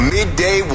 Midday